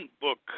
book